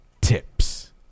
TIPS